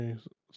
Okay